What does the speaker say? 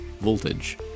voltage